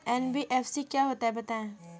NBFC क्या होता है बताएँ?